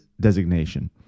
designation